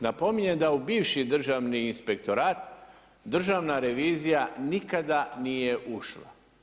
Napominjem da u bivši Državni inspektorat, Državna revizija nikada nije ušla.